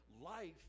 life